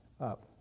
up